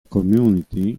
community